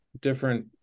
different